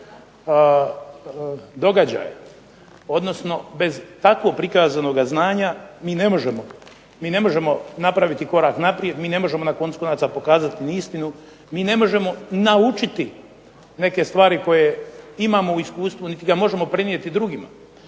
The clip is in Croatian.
odnosno bez tako prikazanoga znanja mi ne možemo napraviti korak naprijed, ne možemo na koncu konaca pokazati istinu, mi ne možemo naučiti neke stvari koje imamo u iskustvu niti ga možemo prenijeti drugima.